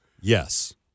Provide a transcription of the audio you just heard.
yes